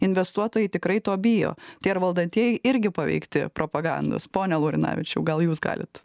investuotojai tikrai to bijo tai ar valdantieji irgi paveikti propagandos pone laurinavičiau gal jūs galit